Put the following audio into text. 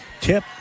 tip